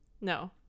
no